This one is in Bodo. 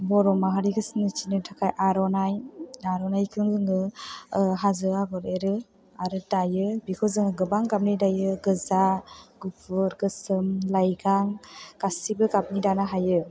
बर' माहारिखौ सिनायथिनो थाखाय आर'नाइ आर'नाइखो जोङो हाजो आगर एरो आरो दायो बेखौ जोङो गोबां गाबनि दायो गोजा गुफुर गोसोम लाइगां गासिबो गाबनि दानो हायो